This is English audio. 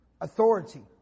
authority